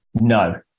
No